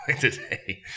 today